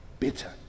bitter